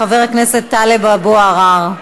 חבר הכנסת טלב אבו עראר.